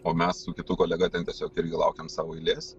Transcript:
o mes su kitu kolega ten tiesiog irgi laukėm savo eilės